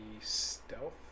stealth